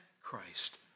Christ